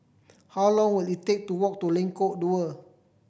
how long will it take to walk to Lengkok Dua